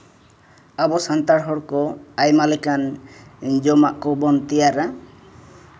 ᱟᱵᱚ ᱥᱟᱱᱛᱟᱲ ᱦᱚᱲ ᱠᱚ ᱟᱭᱢᱟ ᱞᱮᱠᱟᱱ ᱡᱚᱢᱟᱜ ᱠᱚᱵᱚᱱ ᱛᱮᱭᱟᱨᱟ